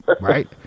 Right